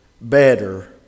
better